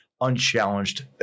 unchallenged